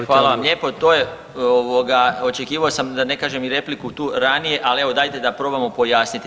E hvala vam lijepo, to je ovoga očekivao sam da ne kažem i repliku tu ranije, ali evo dajte da probamo pojasniti.